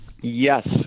Yes